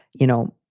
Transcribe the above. you know,